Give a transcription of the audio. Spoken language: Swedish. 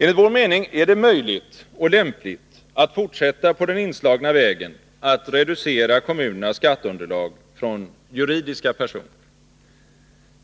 Enligt vår mening är det möjligt och lämpligt att fortsätta på den inslagna vägen att reducera kommunernas skatteunderlag från juridiska personer.